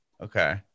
Okay